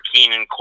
Keenan